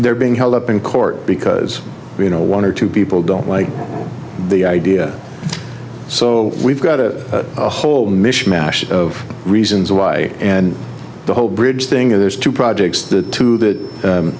they're being held up in court because you know one or two people don't like the idea so we've got a whole mishmash of reasons why and the whole bridge thing or there's two projects the two that